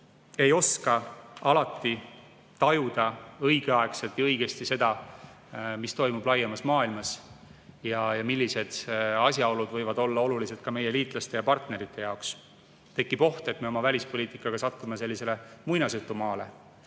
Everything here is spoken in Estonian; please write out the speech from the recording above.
ei oska alati tajuda õigeaegselt ja õigesti seda, mis toimub laiemas maailmas, millised asjaolud võivad olla olulised ka meie liitlaste ja partnerite jaoks. Tekib oht, et me oma välispoliitikaga satume sellisele muinasjutumaale,